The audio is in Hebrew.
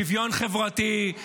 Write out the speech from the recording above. שוויון חברתי.